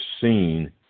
seen